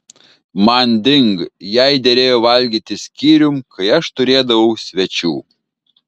manding jai derėjo valgyti skyrium kai aš turėdavau svečių